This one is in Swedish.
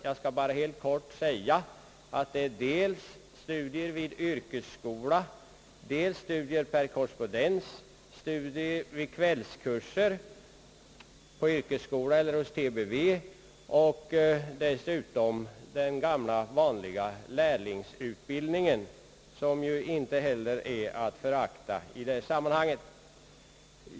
Jag skall bara helt kort nämna att den består av studier vid yrkesskola, studier per korrespondens, studier vid kvällskurser på yrkesskola eller hos TBV och dessutom den gamla vanliga lärlingsutbildningen, som ju inte heller är att förakta i detta sammanhang.